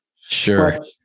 Sure